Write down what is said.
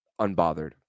unbothered